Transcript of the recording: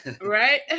Right